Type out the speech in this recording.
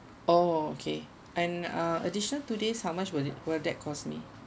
oh okay and uh addition to this how much will it will that cost me